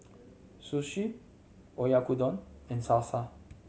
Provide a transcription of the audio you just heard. Sushi Oyakodon and Salsa